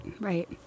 right